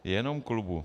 Jenom klubu.